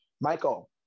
Michael